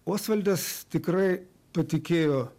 osvaldas tikrai patikėjo